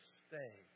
stay